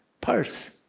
Purse